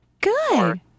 Good